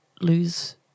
lose